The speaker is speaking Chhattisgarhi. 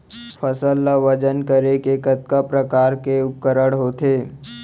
फसल ला वजन करे के कतका प्रकार के उपकरण होथे?